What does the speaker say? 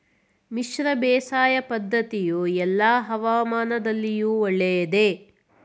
ಮಿಶ್ರ ಬೇಸಾಯ ಪದ್ದತಿಯು ಎಲ್ಲಾ ಹವಾಮಾನದಲ್ಲಿಯೂ ಒಳ್ಳೆಯದೇ?